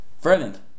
brilliant